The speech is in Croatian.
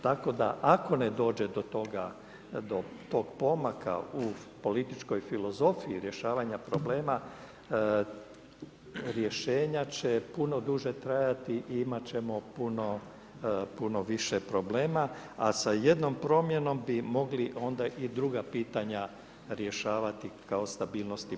Tako da ako ne dođe do toga, do tog pomaka u političkoj filozofiji rješavanja problema rješenja će puno duže trajati i imat ćemo puno više problema, a sa jednom promjenom bi mogli onda i druga pitanja rješavati kao stabilnosti BiH.